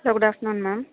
hello good afternoon ma'am